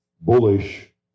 bullish